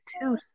two